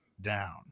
down